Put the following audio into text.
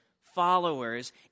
followers